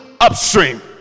upstream